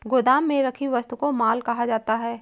गोदाम में रखी वस्तु को माल कहा जाता है